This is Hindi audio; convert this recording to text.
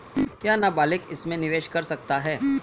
क्या नाबालिग इसमें निवेश कर सकता है?